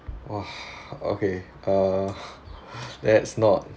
!wah! okay uh that's not